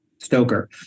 Stoker